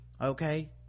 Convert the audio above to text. okay